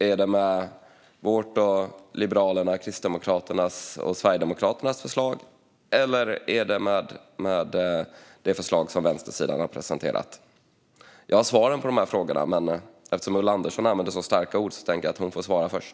Är det med vårt, Liberalernas, Kristdemokraternas och Sverigedemokraternas förslag, eller är det med det förslag som vänstersidan har presenterat? Jag har svaren på de frågorna. Men eftersom Ulla Andersson använder så starka ord tänker jag att hon får svara först.